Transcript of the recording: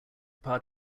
part